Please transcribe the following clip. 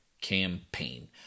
campaign